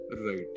Right